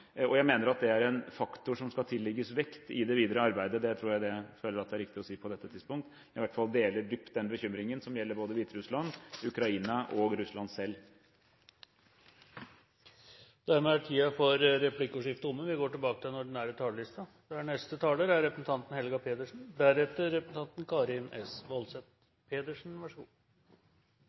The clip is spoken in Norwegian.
Jeg mener det er en faktor som skal tillegges vekt i det videre arbeidet. Det føler jeg det er riktig å si på dette tidspunkt. Jeg deler i hvert fall dypt den bekymringen som gjelder både Hviterussland, Ukraina og Russland selv. Replikkordskiftet er omme. La også meg starte med å takke utenriksministeren for en god og grundig redegjørelse om viktige EU- og EØS-saker. Det er